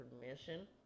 permission